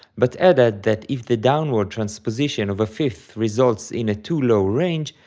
but added that if the downward transposition of a fifth results in a too low range,